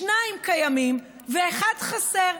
שניים קיימים ואחד חסר.